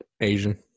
asian